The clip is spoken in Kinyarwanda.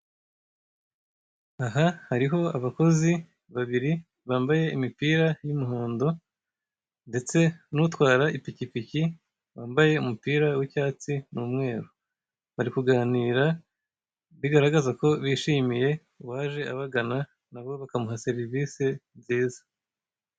Aha hariho abakozi babiri bambaye imipira y'umuhondo ndetse n'utwara ipikipiki wambaye umupira w'icyatsi n'umweru, bari kuganira bigaragaza ko bishimiye uwaje abagana nabo bakamuha serivisi nziza.